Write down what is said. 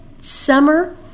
summer